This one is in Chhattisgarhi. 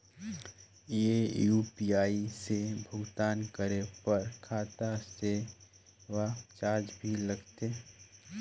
ये यू.पी.आई से भुगतान करे पर खाता से सेवा चार्ज भी लगथे?